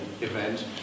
event